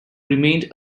remained